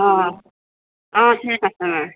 অ অ ঠিক আছে অ